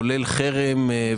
כולל חרם,